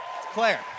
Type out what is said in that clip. Claire